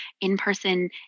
in-person